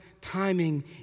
timing